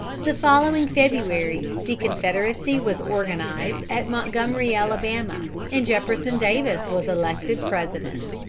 the following february the confederacy was organized at montgomery, alabama, and jefferson davis was elected president.